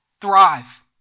Thrive